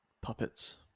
puppets